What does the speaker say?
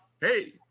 Hey